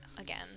again